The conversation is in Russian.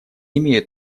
имеют